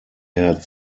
had